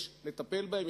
יש לטפל בהן,